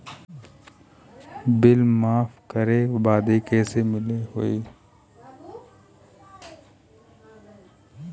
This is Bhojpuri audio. बिल माफ करे बदी कैसे मिले के होई?